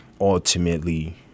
ultimately